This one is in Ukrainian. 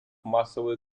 масової